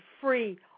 free